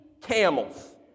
camels